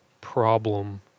problem